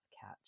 catch